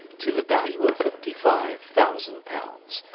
to the value of fifty-five thousand pounds,